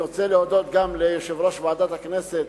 אני רוצה להודות גם ליושב-ראש ועדת הכנסת,